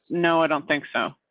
no, i don't think so.